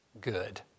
good